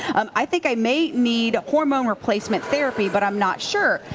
um i think i may need hormone replacement therapy, but i'm not sure.